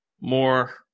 more